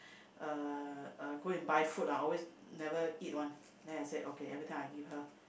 uh uh go and buy food lah always never eat one then I say okay everytime I give her